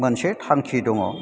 मोनसे थांखि दङ